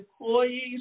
employees